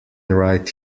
right